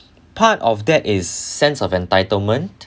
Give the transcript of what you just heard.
part of that is sense of entitlement